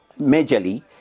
majorly